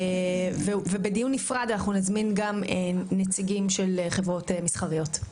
ובדיון נפרד נזמין גם נציגים של חברות מסחריות.